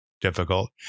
difficult